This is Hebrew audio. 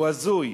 הוא הזוי.